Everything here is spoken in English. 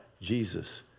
Jesus